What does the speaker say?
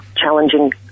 challenging